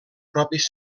propis